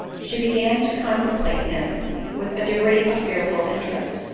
she began to contemplate him with a degree of fearful interest.